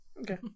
Okay